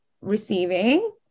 Receiving